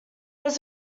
was